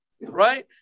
right